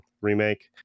remake